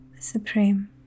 Supreme